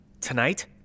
Tonight